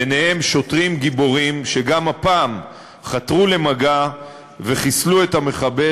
ובהם שוטרים גיבורים שגם הפעם חתרו למגע וחיסלו את המחבל,